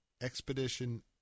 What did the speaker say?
Expedition